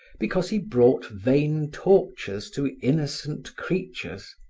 because he brought vain tortures to innocent creatures.